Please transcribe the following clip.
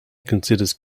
considers